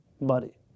body